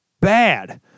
bad